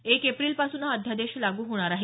एक एप्रिलपासून हा अध्यादेश लागू होणार आहे